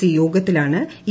C യോഗത്തിലാണ് E